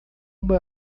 uma